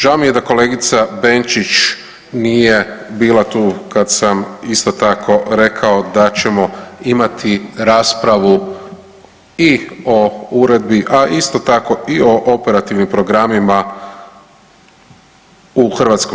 Žao mi je da kolegica Benčić nije bila tu kad sam isto tako rekao da ćemo imati raspravu i o uredbi, a isto tako i o operativnim programima u HS.